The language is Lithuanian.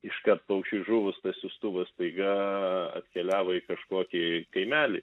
iškart paukščiui žuvus tas siųstuvas staiga atkeliavo į kažkokį kaimelį